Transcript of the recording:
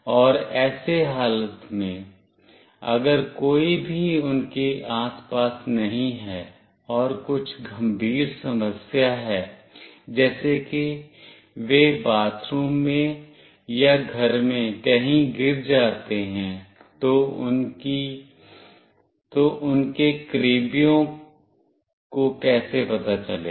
और ऐसे हालत में अगर कोई भी उनके आस पास नहीं है और कुछ गंभीर समस्या है जैसे कि वे बाथरूम में या घर में कहीं गिर जाते हैं तो उनके करीबियों को कैसे पता चलेगा